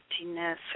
emptiness